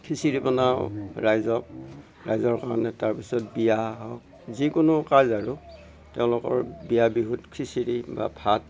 খিচিৰি বনাও ৰাইজক ৰাইজৰ কাৰণে তাৰপিছত বিয়া হওক যিকোনো কাজ আৰু তেওঁলোকৰ বিয়া বিহুত খিচিৰি বা ভাত